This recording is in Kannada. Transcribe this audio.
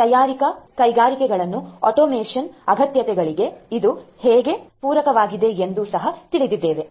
ತಯಾರಿಕಾ ಕೈಗಾರಿಕೆಗಳಲ್ಲಿನ ಆಟೋಮೇಷನ್ ಅಗತ್ಯಗಳಿಗೆ ಇದು ಹೇಗೆ ಪೂರಕವಾಗಿದೆ ಎಂದು ಸಹ ತಿಳಿದಿದ್ದೇವೆ